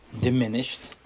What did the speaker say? diminished